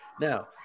Now